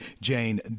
Jane